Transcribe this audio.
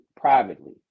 privately